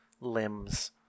limbs